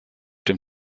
dem